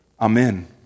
Amen